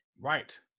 Right